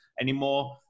anymore